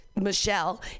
Michelle